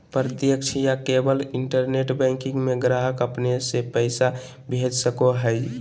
प्रत्यक्ष या केवल इंटरनेट बैंकिंग में ग्राहक अपने से पैसा भेज सको हइ